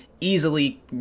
easily